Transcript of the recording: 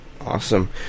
Awesome